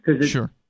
Sure